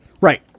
Right